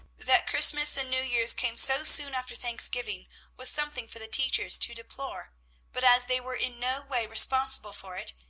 that christmas and new year's came so soon after thanksgiving was something for the teachers to deplore but as they were in no way responsible for it,